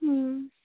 হুম